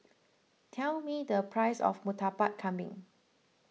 tell me the price of Murtabak Kambing